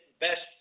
best